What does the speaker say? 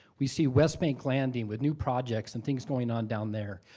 we see west bank landing with new projects and things going on down there.